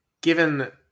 Given